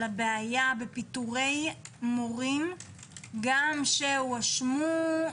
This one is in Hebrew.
על הבעיה בפיטורי מורים גם שהואשמו,